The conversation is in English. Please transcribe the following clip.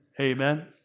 Amen